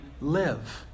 live